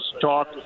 talk